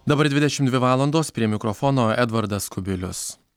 dabar dvidešim dvi valandos prie mikrofono edvardas kubilius